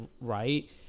right